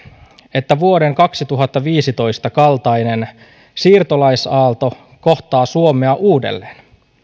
että vuoden kaksituhattaviisitoista kaltainen siirtolaisaalto kohtaa suomea uudelleen